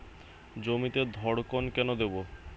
জমিতে ধড়কন কেন দেবো?